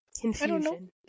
confusion